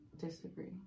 disagree